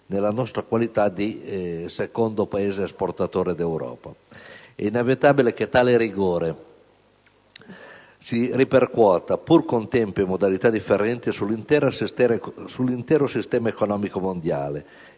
nella nostra qualità di secondo Paese esportatore d'Europa. È inevitabile che tale vigore si ripercuota, pur con tempi e modalità differenti, sull'intero sistema economico mondiale